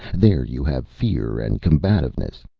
there you have fear and combativeness.